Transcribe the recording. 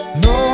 no